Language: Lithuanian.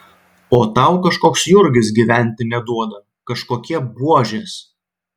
o tau kažkoks jurgis gyventi neduoda kažkokie buožės